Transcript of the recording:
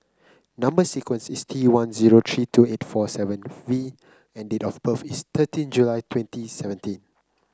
number sequence is T one zero three two eight four seven V and date of birth is thirteen July twenty seventeen